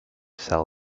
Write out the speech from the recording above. cell